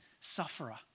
sufferer